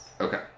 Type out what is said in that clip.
Okay